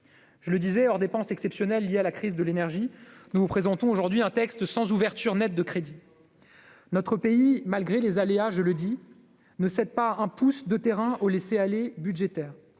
Je le disais, hors dépenses exceptionnelles liées à la crise de l'énergie, nous vous présentons aujourd'hui un texte sans ouverture nette de crédits. Notre pays, malgré les aléas, ne cède pas un pouce de terrain au laisser-aller budgétaire.